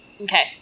Okay